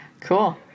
Cool